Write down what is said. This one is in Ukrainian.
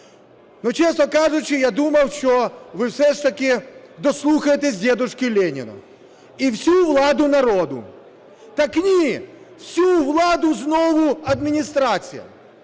чесно кажучи, я думав, що ви все ж таки дослухаєтеся дедушки Ленина – і всю владу народу. Так ні, всю влади знову адміністраціям.